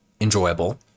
enjoyable